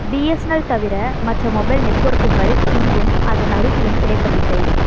BSNL தவிர மற்ற mobile நெட்வொர்க்குகள் இங்கும் அதன் அருகிலும் கிடைப்பதில்லை